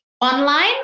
Online